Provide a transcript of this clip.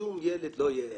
ששום ילד לא יהיה עבד.